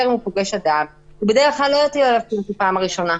הוא בדרך כלל לא יטיל עליו סנקציה בפעם הראשונה.